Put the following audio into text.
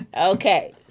Okay